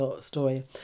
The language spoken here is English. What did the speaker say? story